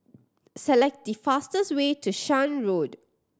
select the fastest way to Shan Road